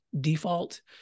default